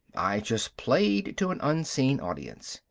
i just played to an unseen audience.